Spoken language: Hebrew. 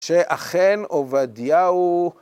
שאכן עובדיהו